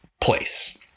place